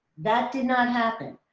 that did not happen.